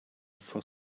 for